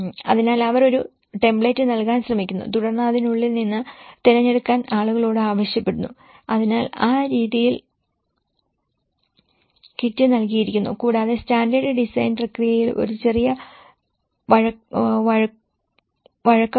അതിനാൽ അവർ ഒരു ടെംപ്ലേറ്റ് നൽകാൻ ശ്രമിക്കുന്നു തുടർന്ന് അതിനുള്ളിൽ നിന്ന് തിരഞ്ഞെടുക്കാൻ ആളുകളോട് ആവശ്യപ്പെട്ടു അതിനാൽ ആ രീതിയിൽ കിറ്റ് നൽകിയിരിക്കുന്നു കൂടാതെ സ്റ്റാൻഡേർഡ് ഡിസൈൻ പ്രക്രിയയിൽ ഒരു ചെറിയ വഴക്കമുണ്ട്